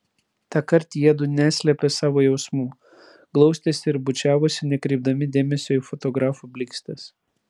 tąkart jiedu neslėpė savo jausmų glaustėsi ir bučiavosi nekreipdami dėmesio į fotografų blykstes